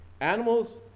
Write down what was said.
Animals